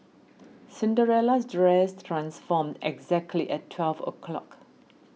Cinderella's dress transformed exactly at twelve o' clock